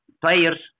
players